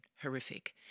horrific